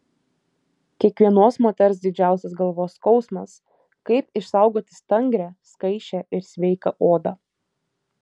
kiekvienos moters didžiausias galvos skausmas kaip išsaugoti stangrią skaisčią ir sveiką odą